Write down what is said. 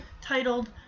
titled